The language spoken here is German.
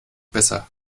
besser